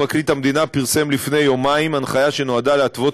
פרקליט המדינה פרסם לפני יומיים הנחיה שנועדה להתוות